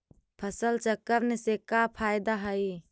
फसल चक्रण से का फ़ायदा हई?